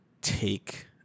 take